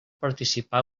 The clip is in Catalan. participar